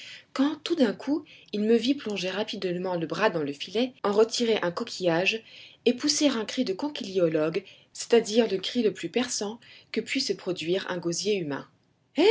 quand tout d'un coup il me vit plonger rapidement le bras dans le filet en retirer un coquillage et pousser un cri de conchyliologue c'est-à-dire le cri le plus perçant que puisse produire un gosier humain